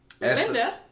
Linda